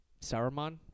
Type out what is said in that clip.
Saruman